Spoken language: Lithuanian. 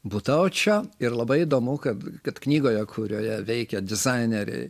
butaučio ir labai įdomu kad kad knygoje kurioje veikia dizaineriai